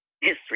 history